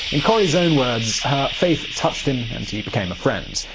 in corrie's own words, her faith touched him, and he became a friend.